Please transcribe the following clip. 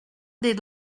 des